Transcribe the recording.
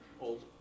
Old